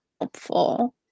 helpful